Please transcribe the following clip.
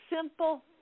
simple